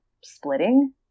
splitting